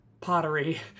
pottery